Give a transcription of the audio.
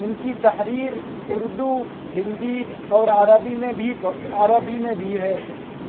ان کی تحریر اردو ہندی اور عربی میں بھی عربی میں بھی ہے